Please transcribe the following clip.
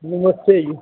ਨਮਸਤੇ ਜੀ